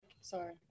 sorry